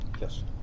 Yes